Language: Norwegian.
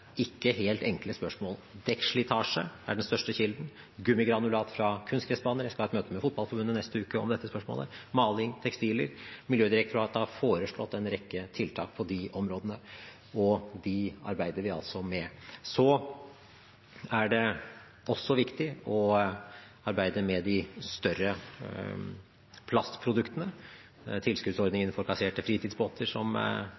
ikke helt enkle spørsmål. Dekkslitasje er den største kilden, og gummigranulat fra kunstgressbaner – jeg skal ha et møte med Fotballforbundet neste uke om dette spørsmålet – maling og tekstiler. Miljødirektoratet har foreslått en rekke tiltak på de områdene, og dem arbeider vi med. Så er det også viktig å arbeide med de større plastproduktene. Tilskuddsordningen for kasserte fritidsbåter, som